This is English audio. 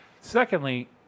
Secondly